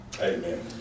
amen